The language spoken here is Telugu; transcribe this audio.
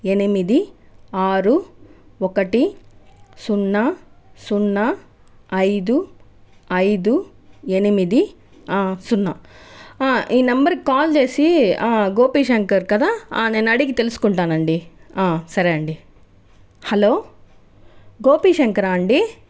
ఎనిమిది ఆరు ఒకటి సున్నా సున్నా ఐదు ఐదు ఎనిమిది సున్నా ఈ నెంబర్కి కాల్ చేసి గోపి శంకర్ కదా నేను అడిగి తెలుసుకుంటానండి సరే అండి హలో గోపి శంకరా అండి